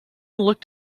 looked